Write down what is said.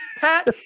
Pat